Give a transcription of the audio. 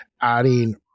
adding